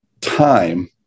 time